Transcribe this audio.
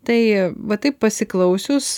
tai va taip pasiklausius